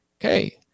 okay